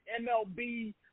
MLB